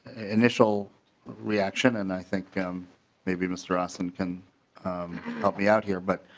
initial reaction and i think maybe mr. ah so and can help me out here but